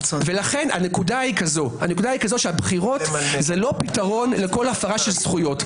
לכן הנקודה היא שהבחירות זה לא פתרון אלא כל הפרה של זכויות.